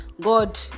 god